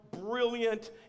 brilliant